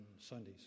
Sundays